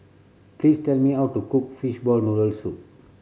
please tell me how to cook fishball noodle soup